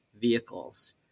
vehicles